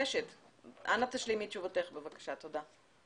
אנא, תשלימי את תשובתך, בבקשה, תודה.